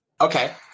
Okay